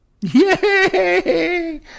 Yay